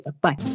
Bye